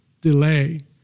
delay